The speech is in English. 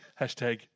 Hashtag